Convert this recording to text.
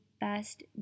best